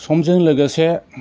समजों लोगोसे